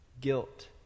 guilt